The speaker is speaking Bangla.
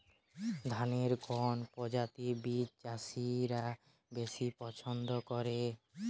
ধানের কোন প্রজাতির বীজ চাষীরা বেশি পচ্ছন্দ করে?